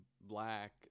black